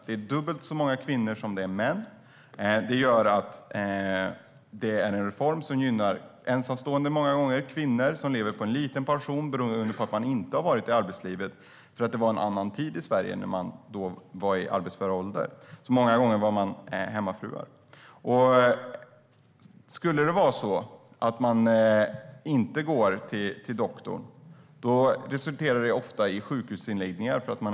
Det är dubbelt så många kvinnor som män. Reformen gynnar alltså kvinnor, många gånger ensamstående, som lever på en liten pension beroende på att de inte har varit i arbetslivet. Det var en annan tid i Sverige när de var i arbetsför ålder, och många var hemmafruar. Om man i den åldern inte går till doktorn resulterar det ofta i sjukhusinläggningar.